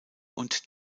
und